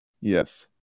Yes